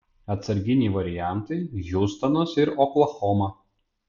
atsarginiai variantai hiūstonas ir oklahoma